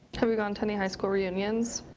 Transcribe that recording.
have you gone to any high school reunions?